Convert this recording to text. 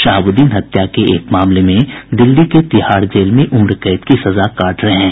शहाबुद्दीन हत्या के एक मामले में दिल्ली के तिहाड़ जेल में उम्र कैद की सजा काट रहे थे